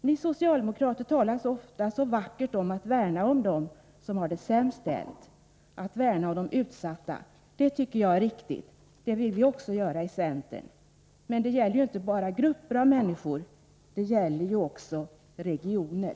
Ni socialdemokrater talar ofta så vackert om att värna om dem som har det sämst ställt, att värna om de utsatta. Att göra det tycker jag är riktigt, och det vill vi i centern också göra. Men det gäller ju inte bara grupper av människor, utan det gäller också regioner.